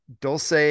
Dulce